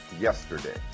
yesterday